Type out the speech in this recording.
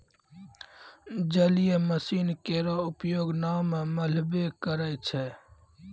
जलीय मसीन केरो उपयोग नाव म मल्हबे करै छै?